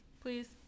please